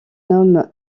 homme